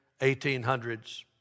1800s